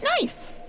nice